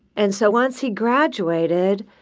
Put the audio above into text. and so once he graduated,